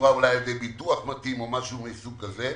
אולי על ידי ביטוח מתאים או משהו מסוג כזה,